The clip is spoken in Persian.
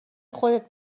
خودت